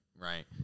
right